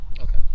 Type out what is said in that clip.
Okay